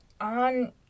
on